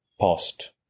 past